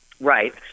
Right